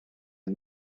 the